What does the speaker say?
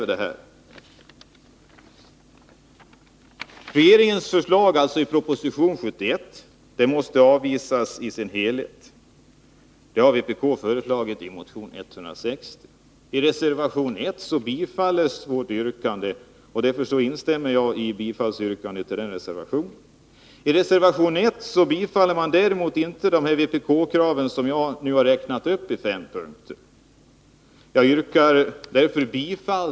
Yrkandet har lydelsen: än två veckor i följd eller sammanlagt mer än 30 dagar under samma kalenderår, har rätt till lön och andra anställningsförmåner för överskjutande permitteringstid, såvida ej permitteringen är en följd av att arbetet är säsongsbetonat eller annars till sin natur icke sammanhängande. till lön och andra anställningsförmåner för permitteringstiden, såvida ej permitteringen är en följd av att arbetet är eller annars till sin natur icke samman Regeringens krav i proposition 1981/82:71 måste alltså i dess helhet avvisas.